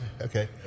Okay